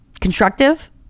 constructive